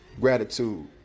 gratitude